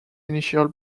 initial